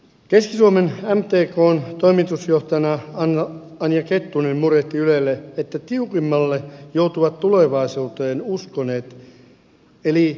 keski suomen mtkn toimitusjohtaja anja kettunen murehti ylelle että tiukimmalle joutuvat tulevaisuuteen uskoneet eli investoineet tilat